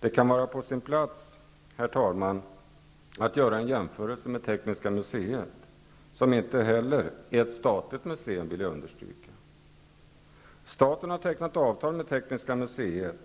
Det kan vara på sin plats, herr talman, att här göra en jämförelse med Tekniska museet, som inte heller är ett statligt museum, vilket jag vill understryka. Staten har tecknat avtal med Tekniska museet.